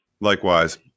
Likewise